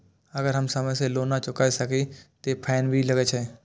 अगर हम समय से लोन ना चुकाए सकलिए ते फैन भी लगे छै?